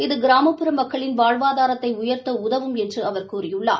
இது கிராமப்புற மக்களின் வாழ்வாதாரத்தைஉயர்த்தஉதவும் என்றுஅவர் கூறியுள்ளார்